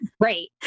great